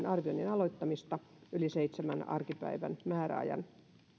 arvioinnin aloittamista yli seitsemän arkipäivän määräajan